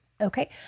Okay